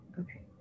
Okay